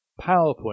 PowerPoint